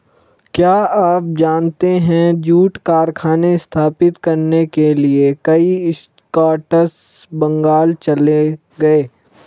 क्या आप जानते है जूट कारखाने स्थापित करने के लिए कई स्कॉट्स बंगाल चले गए?